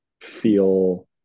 feel